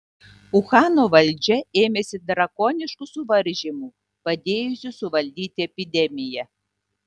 uhano valdžia ėmėsi drakoniškų suvaržymų padėjusių suvaldyti epidemiją